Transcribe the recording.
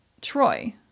Troy